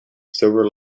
silver